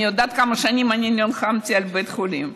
אני יודעת כמה שנים אני נלחמתי על בית חולים.